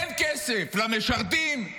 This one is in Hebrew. כן כסף למשרתים,